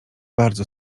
bardzo